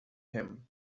him